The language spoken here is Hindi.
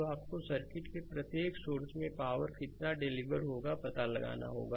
तो आपको सर्किट के प्रत्येक सोर्स मे पावर कितना डिलीवर हुई है पता लगाना होगा